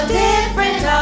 different